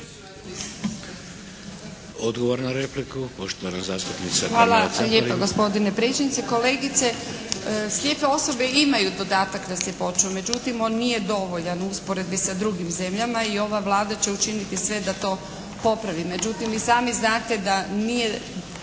**Caparin, Karmela (HDZ)** Hvala lijepa gospodine predsjedniče. Kolegice, slijepe osobe imaju dodatak na sljepoću, međutim on nije dovoljan u usporedbi s drugim zemljama i ova Vlada će učiniti sve da to popravi. Međutim, vi sami znate da nije